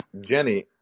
Jenny